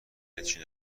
هیچی